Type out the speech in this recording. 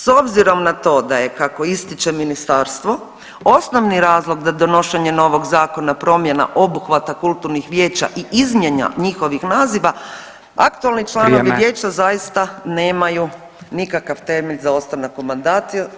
S obzirom na to da je kako ističe ministarstvo osnovni razlog za donošenje novog zakona promjena obuhvata kulturnih vijeća i izmjena njihovih naziva, aktualni članovi vijeća [[Upadica: Vrijeme.]] zaista nemaju nikakav temelj za ostanak u mandatu.